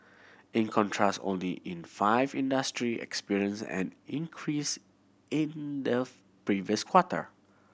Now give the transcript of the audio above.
in contrast only in five industry experienced an increase in the previous quarter